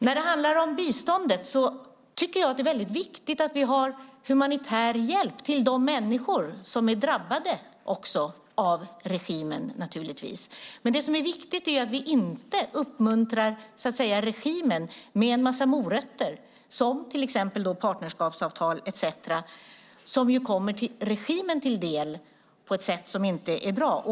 När det gäller biståndet tycker jag att det är viktigt att vi ger humanitär hjälp till de människor som är drabbade av regimen, men det som är viktigt är att vi inte uppmuntrar regimen med en massa morötter, till exempel partnerskapsavtal, som kommer regimen till del på ett sätt som inte är bra.